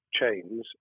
chains